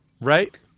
Right